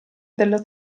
della